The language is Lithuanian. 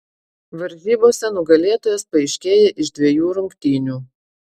varžybose nugalėtojas paaiškėja iš dviejų rungtynių